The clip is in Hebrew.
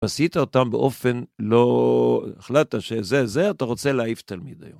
עשית אותם באופן לא, החלטת שזה זה, אתה רוצה להעיף תלמיד היום.